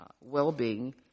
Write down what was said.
well-being